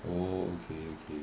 oh okay okay